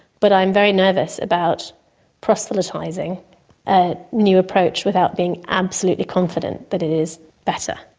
but i'm very nervous about proselytising a new approach without being absolutely confident that it is better.